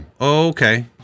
okay